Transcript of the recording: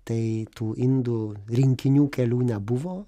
tai tų indų rinkinių kelių nebuvo